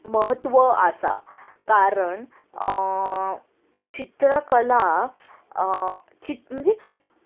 महत्व आसा कारण चित्रकला म्हणजे